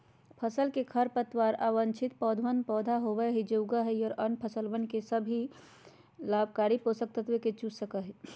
फसल के खरपतवार अवांछित पौधवन होबा हई जो उगा हई और अन्य फसलवन के सभी लाभकारी पोषक तत्व के चूस सका हई